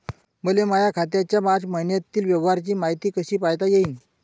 मले माया खात्याच्या मार्च मईन्यातील व्यवहाराची मायती कशी पायता येईन?